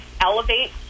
elevate